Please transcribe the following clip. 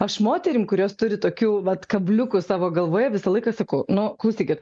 aš moterim kurios turi tokių vat kabliukų savo galvoje visą laiką sakau nu klausykit